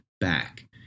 back